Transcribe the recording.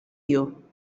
you